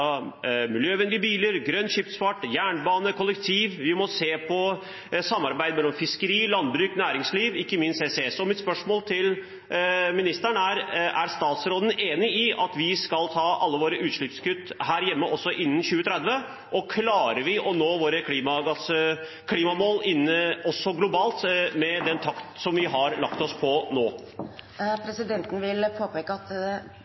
miljøvennlige biler, grønn skipsfart, jernbane, kollektivtrafikk, og vi må se på samarbeid mellom fiskeri, landbruk, næringsliv – og ikke minst på CCS. Mitt spørsmål til statsråden er: Er statsråden enig i at vi skal ta alle våre utslippskutt, også her hjemme, innen 2030, og klarer vi å nå våre klimamål, også globalt, med den takten vi har lagt oss på nå? Presidenten vil påpeke at det